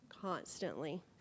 constantly